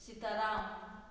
Sitaram